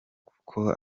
kuko